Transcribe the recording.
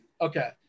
Okay